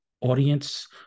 audience